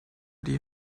die